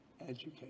education